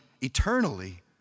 eternally